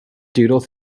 doodle